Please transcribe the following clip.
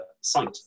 site